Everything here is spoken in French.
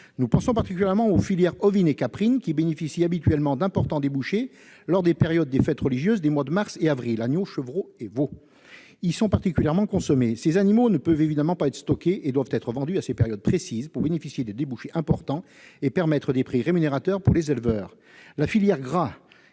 pensent particulièrement aux filières ovine et caprine, qui bénéficient habituellement d'importants débouchés lors des périodes de fêtes religieuses des mois de mars et d'avril : agneaux, chevreaux et veaux sont alors particulièrement consommés. Ces animaux ne peuvent évidemment pas être stockés et doivent être vendus à ces périodes précises pour que les éleveurs puissent bénéficier de débouchés importants et de prix rémunérateurs. La filière gras